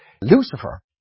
Lucifer